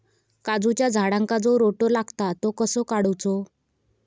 काजूच्या झाडांका जो रोटो लागता तो कसो काडुचो?